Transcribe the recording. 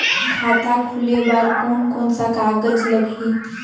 खाता खुले बार कोन कोन सा कागज़ लगही?